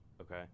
okay